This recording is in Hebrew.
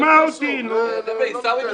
למה רק פרסום?